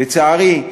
לצערי,